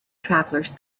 travelers